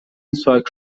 ساک